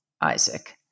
Isaac